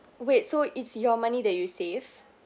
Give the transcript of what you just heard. wait so it's your money that you save